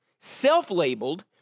self-labeled